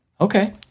Okay